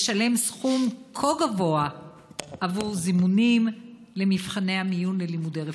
לשלם סכום כה גבוה עבור זימונים למבחני המיון ללימודי רפואה?